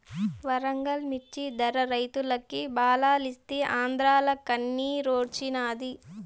వరంగల్ మిచ్చి ధర రైతులకి లాబాలిస్తీ ఆంద్రాల కన్నిరోచ్చినాది